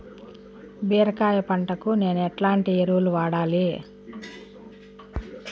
బీరకాయ పంటకు నేను ఎట్లాంటి ఎరువులు వాడాలి?